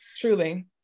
truly